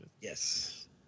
Yes